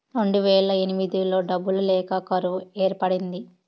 రెండువేల ఎనిమిదిలో డబ్బులు లేక కరువు ఏర్పడింది